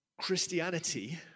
Christianity